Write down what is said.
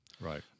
Right